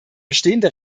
bestehende